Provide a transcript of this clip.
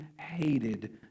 hated